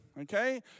Okay